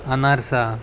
अनारसा